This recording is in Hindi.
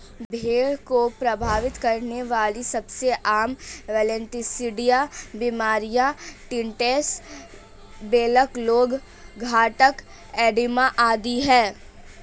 भेड़ को प्रभावित करने वाली सबसे आम क्लोस्ट्रीडिया बीमारियां टिटनेस, ब्लैक लेग, घातक एडिमा आदि है